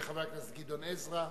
חבר הכנסת גדעון עזרא,